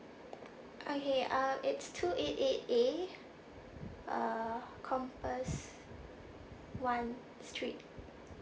okay uh it's two eight eight A uh compass one street